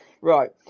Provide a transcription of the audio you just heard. Right